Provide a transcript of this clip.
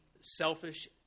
selfish